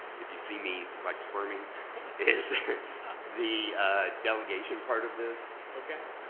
if you see me like squirming is the delegation part of this. okay.